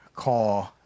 call